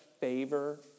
favor